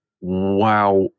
wow